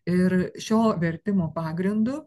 ir šio vertimo pagrindu